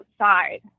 outside